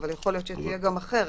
אבל יכול להיות שתהיה גם אחרת.